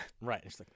Right